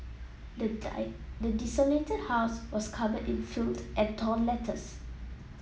the the desolated house was covered in filth and torn letters